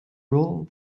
rule